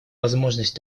возможность